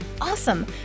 awesome